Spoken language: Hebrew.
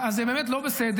אז זה באמת לא בסדר,